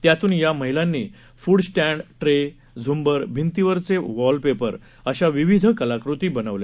त्यातून या महिलांनी फूड स्टँड ट्रे झुंबर भिंतीवरचे वॉलपेपर अशा विविध कलाकृती बनवल्या